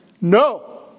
No